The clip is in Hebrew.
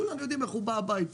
כולם יודעים איך הוא בא הביתה: